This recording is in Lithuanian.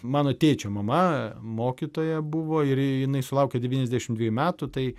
mano tėčio mama mokytoja buvo ir jinai sulaukė devyniasdešimt dvejų metų tai